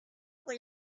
por